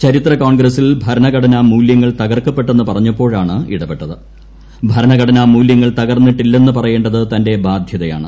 ചരിത്ര കോൺഗ്രസിൽ ഭരണഘടന മൂല്യങ്ങൾ തകർക്കപ്പെട്ടെന്ന് പറഞ്ഞപ്പോഴാണ് ഇടപെട്ടത് ഭരണഘടനാ മൂല്യങ്ങൾ തകർന്നിട്ടില്ലെന്ന് പറയേണ്ടത് തന്റെ ബാധ്യതയാണ്